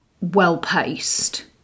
well-paced